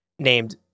Named